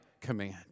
command